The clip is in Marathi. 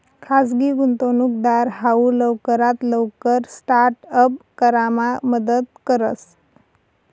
खाजगी गुंतवणूकदार हाऊ लवकरात लवकर स्टार्ट अप करामा मदत करस